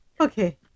okay